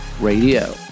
Radio